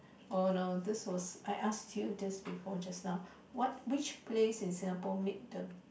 oh no this was I ask you just before just now what which place in Singapore made the